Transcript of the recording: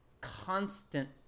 constant